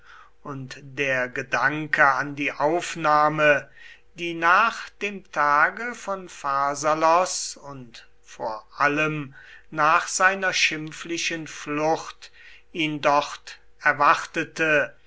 und der gedanke an die aufnahme die nach dem tage von pharsalos und vor allem nach seiner schimpflichen flucht ihn dort erwartete